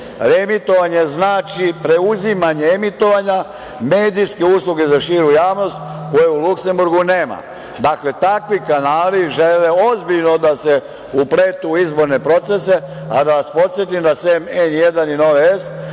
reemitovanje. Reemitovanje znači preuzimanje emitovanja medijske usluge za širu javnost koje u Luksemburgu nema. Dakle, takvi kanali žele ozbiljno da se upletu u izborne procese, a da vas podsetim da sem N1 i